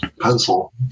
pencil